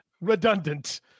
Redundant